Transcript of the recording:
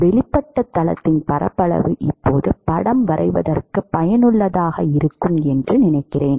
வெளிப்பட்ட தளத்தின் பரப்பளவு இப்போது படம் வரைவதற்குப் பயனுள்ளதாக இருக்கும் என்று நினைக்கிறேன்